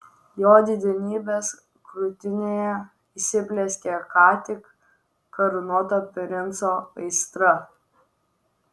jo didenybės krūtinėje įsiplieskė ką tik karūnuoto princo aistra